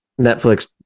Netflix